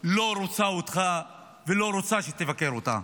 לא רוצה אותך ולא רוצה שתבקר אותה.